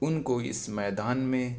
ان کو اس میدان میں